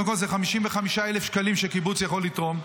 קודם כול, זה 55,000 שקלים שקיבוץ יכול לתרום.